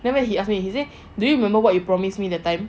then when he ask me he say do you remember what you promise me that time